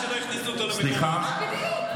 סליחה,